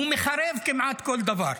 הוא מחרב כמעט כל דבר.